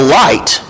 light